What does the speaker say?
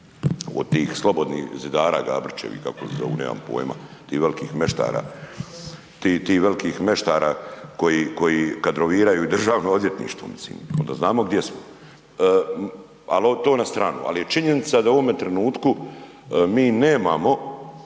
od tih Slobodnih zidara Gabrićevih, kako ih zovu, tih velikih meštara, tih velikih meštara koji kadroviraju i DORH, mislim, onda znamo gdje smo. Ali, to na stranu. Ali činjenica da u ovome trenutku mi nemamo